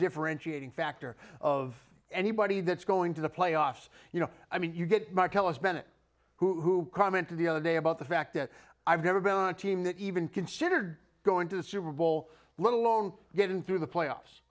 differentiating factor of anybody that's going to the playoffs you know i mean you get martellus bennett who commented the other day about the fact that i've never been on a team that even considered going to the super bowl let alone get in through the playoffs